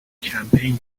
کمپین